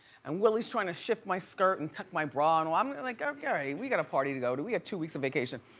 and willy's trying to shift my skirt and tuck my bra and all. i'm like okay, we got a party to go to, we have two weeks of vacation.